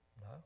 no